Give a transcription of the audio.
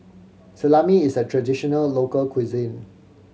salami is a traditional local cuisine